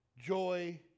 joy